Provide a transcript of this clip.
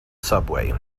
subway